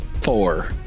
Four